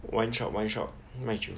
wine shop wine shop 卖酒